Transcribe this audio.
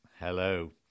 Hello